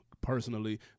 personally